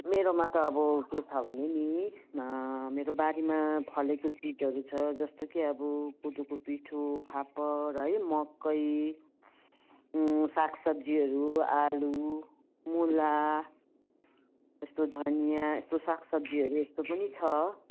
मेरोमा त अब के छ भने नि मेरो बारीमा फलेको चिजहरू छ जस्तो कि अब कोदोको पिठो फापर है मकै साग सब्जीहरू आलु मुला यस्तो धनियाँ यस्तो साग सब्जीहरू यस्तो पनि छ